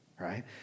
Right